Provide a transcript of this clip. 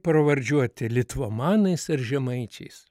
pravardžiuoti litvamanais ar žemaičiais